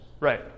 Right